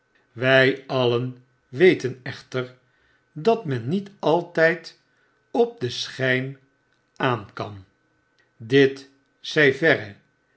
wij alien weten echter dat men niet altjjd op den schp aan kan dit zij verre